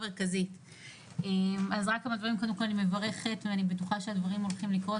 אני מברכת על קיום הישיבה ובטוחה שהדברים הולכים לקרות